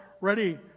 ready